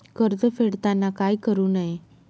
कर्ज फेडताना काय करु नये?